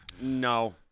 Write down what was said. No